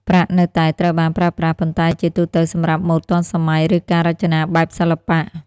ប្រាក់នៅតែត្រូវបានប្រើប្រាស់ ប៉ុន្តែជាទូទៅសម្រាប់ម៉ូដទាន់សម័យ ឬការរចនាបែបសិល្បៈ។